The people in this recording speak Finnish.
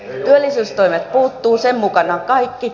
työllisyystoimet puuttuvat sen mukana kaikki